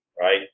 right